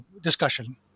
discussion